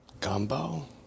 Gumbo